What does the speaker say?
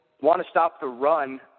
want-to-stop-the-run